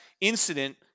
incident